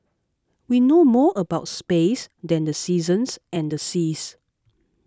we know more about space than the seasons and the seas